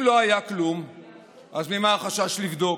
אם לא היה כלום, אז ממה החשש לבדוק?